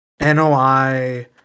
NOI